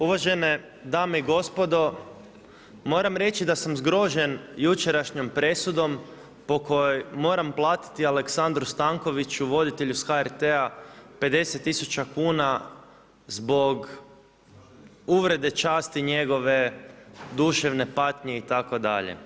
Uvažene dame i gospodo, moram reći da sam zgrožen jučerašnjom presudom, po kojoj moram platiti Aleksandru Stankoviću, voditelju iz HRT-a 50000 kn zbog uvrede časti njegove duševne patnje itd.